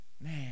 Man